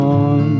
on